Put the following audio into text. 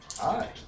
Hi